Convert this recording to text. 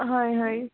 হয় হয়